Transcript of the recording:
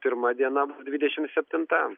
pirma diena bus dvidešim septinta